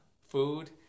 food